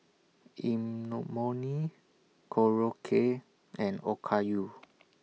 Korokke and Okayu